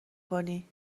کنی